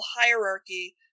hierarchy